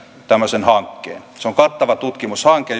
tämmöisen hankkeen se on kattava tutkimushanke